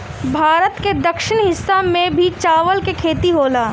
भारत के दक्षिणी हिस्सा में भी चावल के खेती होला